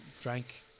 drank